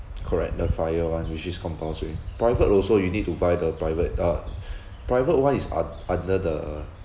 correct the fire one which is compulsory private also you need to buy the private uh private one is un~ under the